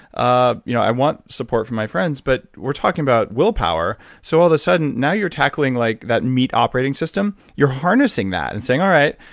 ah you know i want support from my friends, but we're talking about willpower, so all of a sudden now you're tackling like that meet operating system. you're harnessing that and saying, all right,